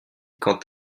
quant